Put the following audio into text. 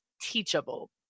Teachable